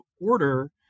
Order